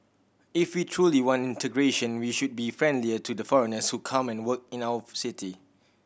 if we truly want integration we should be friendlier to the foreigners who come and work in our city